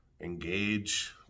engage